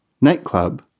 nightclub